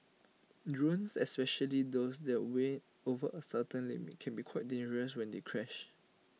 drones especially those that weigh over A certain limit can be quite dangerous when they crash